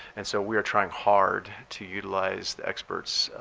and so we are trying hard to utilize the experts,